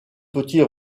petit